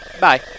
Bye